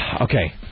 Okay